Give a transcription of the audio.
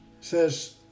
says